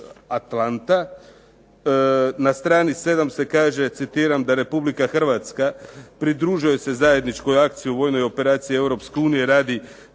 Na strani 7. se kaže, citiram da Republika Hrvatska pridružuje se zajedničkoj akciji u vojnoj operaciji Europske unije radi